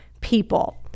people